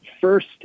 first